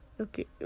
okay